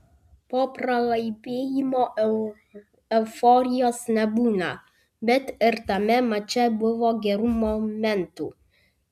po pralaimėjimo euforijos nebūna bet ir tame mače buvo gerų momentų